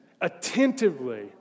attentively